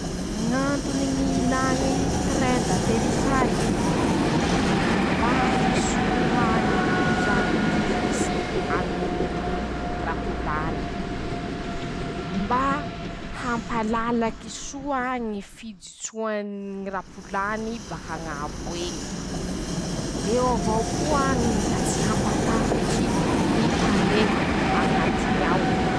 Ñ'antony ñy ñ'ilà ñy terrin daterisazy: -Mba hisoroha ñy loza mety hisy aminy ñy rapolany. -Mba hampalalaky soa ñy fijotsoany ñy rapolany bak'añabo eñy. -Eo avao koa ñy mba tsy ampatahotsy ñy mpandeha añatiny ao.